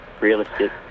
realistic